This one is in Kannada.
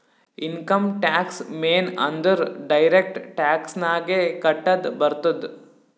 ಇನ್ಕಮ್ ಟ್ಯಾಕ್ಸ್ ಮೇನ್ ಅಂದುರ್ ಡೈರೆಕ್ಟ್ ಟ್ಯಾಕ್ಸ್ ನಾಗೆ ಕಟ್ಟದ್ ಬರ್ತುದ್